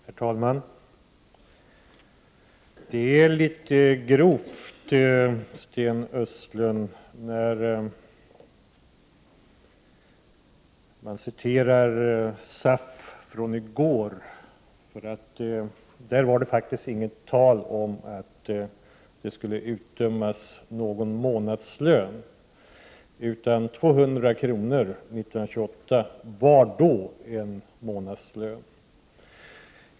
Herr talman! Det var litet väl grovt när Sten Östlund citerade SAF från i går. Där var det faktiskt inget tal om att det skulle utdömas någon månadslön. 200 kr. var en månadslön 1928.